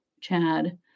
Chad